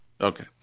okay